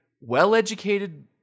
well-educated